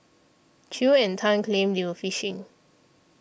Chew and Tan claimed they were fishing